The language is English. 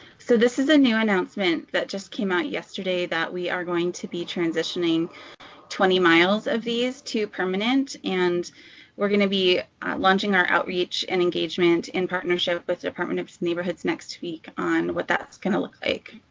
so this is a new announcement that just came out yesterday, that we are going to be transitioning twenty miles of these to permanent. and we are going to be launching our outreach and engagement in partnership with the department of neighborhoods next week on what that's going to look like.